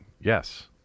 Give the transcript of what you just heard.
Yes